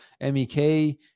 MEK